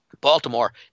Baltimore